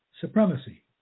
Supremacy